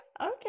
okay